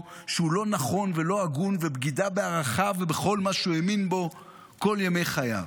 שהוא לא נכון ולא הגון ובגידה בערכיו ובכל מה שהוא האמין בו כל ימי חייו.